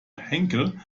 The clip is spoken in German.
henkel